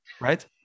right